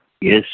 Yes